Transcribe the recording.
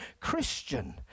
Christian